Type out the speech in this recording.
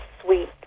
sweet